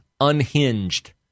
unhinged